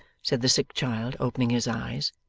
said the sick child, opening his eyes.